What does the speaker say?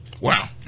Wow